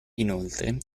inoltre